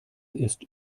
ist